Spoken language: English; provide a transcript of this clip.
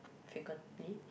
frequently